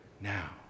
now